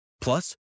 Plus